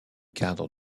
cadres